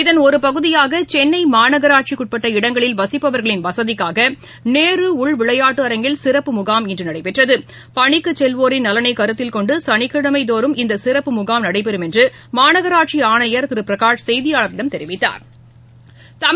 இதன் ஒருபகுதியாகசென்னைமாநகராட்சிக்குஉட்பட்ட இடங்களில் வசிப்பவர்களின் வசதிக்காகநேருஉள் விளையாட்டரங்கில் சிறப்பு முகாம் இன்றுநடைபெற்றது பணிக்குசெல்வோரின் நலனைகருத்தில் கொண்டுசளிக்கிழமைதோறும் இந்தசிறப்பு முகாம் நடைபெறம் என்றுமாநகராட்சிஆணையா் திருபிரகாஷ் செய்தியாளா்களிடம் தெரிவித்தாா்